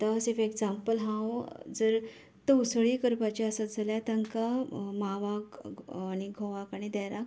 आता एक एग्जाम्पल हांव जर तवसळी करपाचें आसत जाल्यार तांकां मांवाक घोवाक आनी देराक